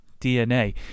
DNA